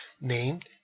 named